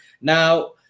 now